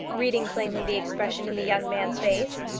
reading plainly the expression in the young man's face.